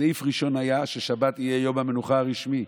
סעיף ראשון היה ששבת תהיה יום המנוחה הרשמי.